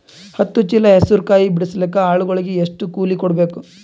ಹತ್ತು ಚೀಲ ಹೆಸರು ಕಾಯಿ ಬಿಡಸಲಿಕ ಆಳಗಳಿಗೆ ಎಷ್ಟು ಕೂಲಿ ಕೊಡಬೇಕು?